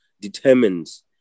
determines